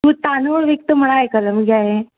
तूं तांदूळ विकता म्हणो आयकलां मगे हांवें